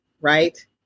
right